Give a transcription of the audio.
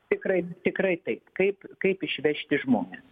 tikrai tikrai taip kaip kaip išvežti žmones